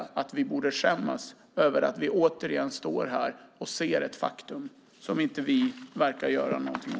Borde vi inte skämmas över att vi återigen står här och ser ett faktum som vi inte verkar göra någonting åt?